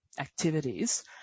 activities